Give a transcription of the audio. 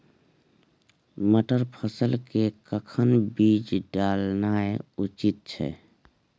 मटर फसल के कखन बीज डालनाय उचित छै?